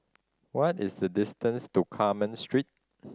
what is the distance to Carmen Street